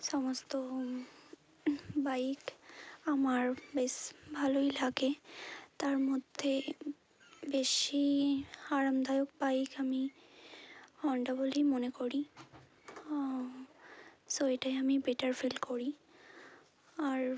সমস্ত বাইক আমার বেশ ভালোই লাগে তার মধ্যে বেশি আরামদায়ক বাইক আমি হণ্ডা বলেই মনে করি সো এটাই আমি বেটার ফিল করি আর